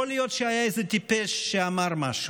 יכול להיות שהיה איזה טיפש שאמר משהו,